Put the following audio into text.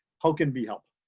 how can we help?